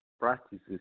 practices